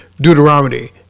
Deuteronomy